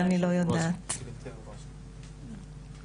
אני לא יודעת את הנתון הזה,